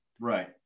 Right